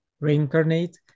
reincarnate